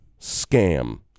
scam